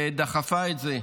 שדחפה את זה.